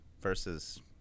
versus